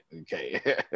okay